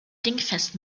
dingfest